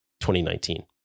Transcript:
2019